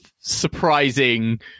surprising